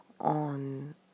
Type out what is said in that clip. on